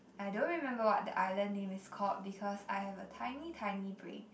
I don't remember what the island name is called because I have a tiny tiny brain